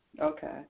Okay